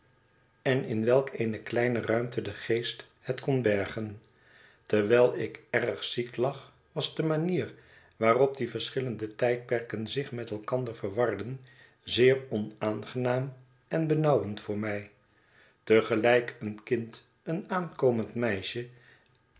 en in welk eene kleine ruimte de geest het kon bergen terwijl ik erg ziek lag was de manier waarop die verschillende tijdperken zich met elkander verwarden zeer onaangenaam en benauwend voor mij te gelijk een kind een aankomend meisje